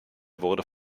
wurde